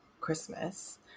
Christmas